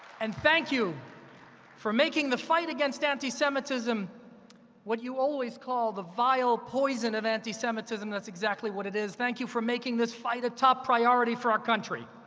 and thank you for making the fight against anti-semitism what you always call the vile poison of anti-semitism. that's exactly what it is. thank you for making this fight a top priority for our country.